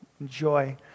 enjoy